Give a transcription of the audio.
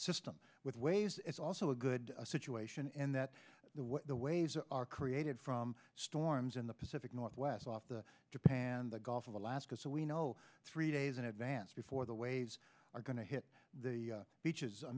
system with ways it's also a good situation and that the waves are created from storms in the pacific northwest off the japan the gulf of alaska so we know three days in advance before the waves are going to hit the beaches